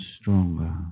stronger